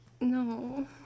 No